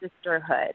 sisterhood